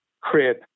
crib